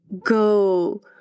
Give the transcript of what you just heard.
go